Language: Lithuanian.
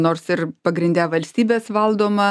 nors ir pagrinde valstybės valdoma